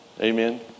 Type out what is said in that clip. Amen